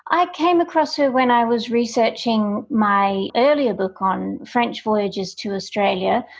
i came across her when i was researching my earlier book on french voyages to australia,